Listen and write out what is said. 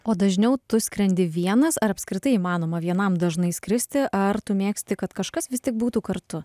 o dažniau tu skrendi vienas ar apskritai įmanoma vienam dažnai skristi ar tu mėgsti kad kažkas vistik būtų kartu